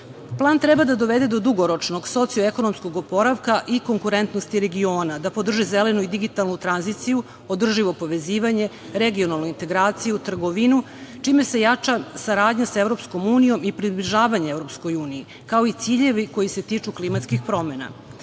Plan treba da dovede do dugoročnog sociekonomskog oporavka i konkurentnosti regiona, da podrži zelenu i digitalnu tranziciju, održivo povezivanje, regionalnu integraciju, trgovinu, čime se jača saradnja sa EU i približavanje EU, kao i ciljevi koji se tiču klimatskih promena. Srbija